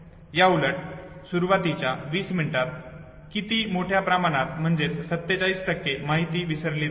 याउलट सुरवातीच्या 20 मिनिटांत किती मोठ्या प्रमाणात म्हणजेच 47 माहिती विसरली जाते